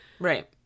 right